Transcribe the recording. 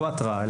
לא התראה,